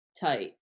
tight